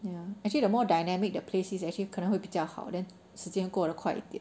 ya actually the more dynamic the place is actually 可能会比较好 then 时间过得快一点